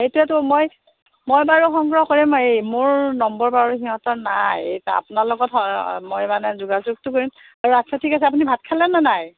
এতিয়াতো মই মই বাৰু সংগ্ৰহ কৰিম এই মোৰ নম্বৰ বাৰু সিহঁতৰ নাই এই আপোনাৰ লগত হয় মই মানে যোগাযোগটো কৰিম আৰু আচ্ছা ঠিক আছে আপুনি ভাত খালেনে নাই